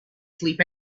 sleep